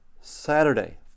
Saturday